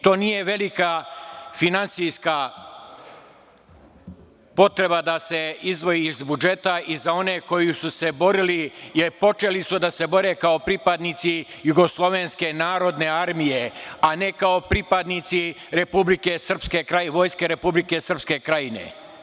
To nije velika finansijska potreba da se izdvoji iz budžeta i za one koji su se borili, jer počeli su da se bore kao pripadnici Jugoslovenske narodne armije, a ne kao pripadnici Vojske Republike Srpske Krajine.